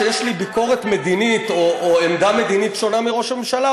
כשיש לי ביקורת מדינית או עמדה מדינית שונה מראש הממשלה,